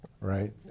right